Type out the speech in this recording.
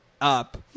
up